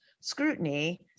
scrutiny